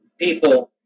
People